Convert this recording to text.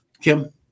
Kim